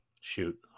shoot